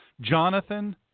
Jonathan